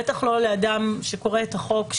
בטח לא לאדם שקורא את החוק,